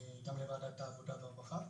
גם לוועדת העבודה והרווחה,